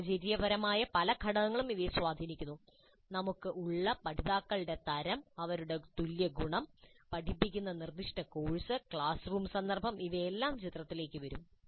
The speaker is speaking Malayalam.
സാഹചര്യപരമായ പല ഘടകങ്ങളും ഇവയെ സ്വാധീനിക്കുന്നു നമുക്ക് ഉള്ള പഠിതാക്കളുടെ തരം അവരുടെ തുല്യഗുണം പഠിപ്പിക്കുന്ന നിർദ്ദിഷ്ട കോഴ്സ് ക്ലാസ് റൂം സന്ദർഭം ഇവയെല്ലാം ചിത്രത്തിലേക്ക് വരും